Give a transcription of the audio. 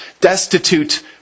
destitute